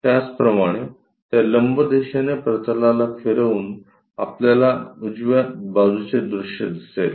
त्याचप्रमाणे त्या लंब दिशेने प्रतलाला फिरवून आपल्याला उजव्या बाजूचे दृश्य दिसेल